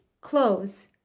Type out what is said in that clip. close